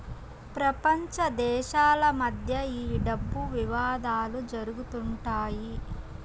ప్రపంచ దేశాల మధ్య ఈ డబ్బు వివాదాలు జరుగుతుంటాయి